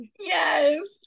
yes